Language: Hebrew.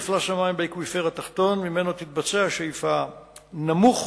מפלס המים באקוויפר התחתון שממנו תתבצע השאיבה נמוך